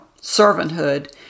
servanthood